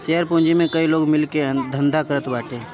share पूंजी में कई लोग मिल के धंधा करत बाटे